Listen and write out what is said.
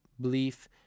belief